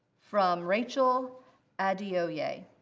from rachael adeoye yeah